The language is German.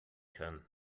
kann